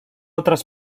otras